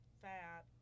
fat